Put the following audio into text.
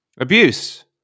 abuse